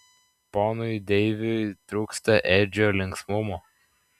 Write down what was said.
ponui deiviui trūksta edžio linksmumo